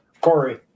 Corey